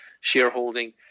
shareholding